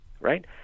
right